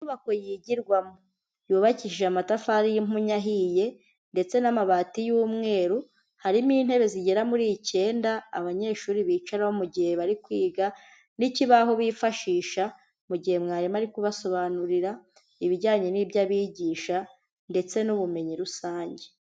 Inyubako yigirwamo. Yubakishijwe amatafari y'impunyu ahiye ndetse n'amabati y'umweru. Harimo intebe zigera muri icyenda abanyeshuri bicararaho mu gihe bari kwiga, n'ikibaho bifashisha mu gihe mwarimu ari kubasobanurira ibijyanye n'iby'abigisha ndetse n'ubumenyi rusange.